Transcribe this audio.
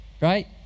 right